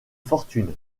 fortune